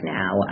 now